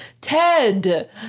Ted